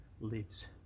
lives